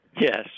Yes